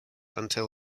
until